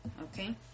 okay